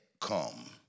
come